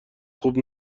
خوب